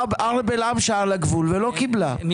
ערב אל הייב על הגבול ולא קיבלה,